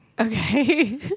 Okay